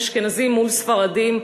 אשכנזים מול ספרדים,